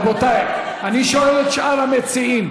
רבותיי, אני שואל את שאר המציעים: